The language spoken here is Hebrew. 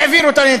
העבירו אותה לקרי,